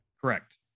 Correct